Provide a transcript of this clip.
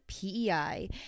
PEI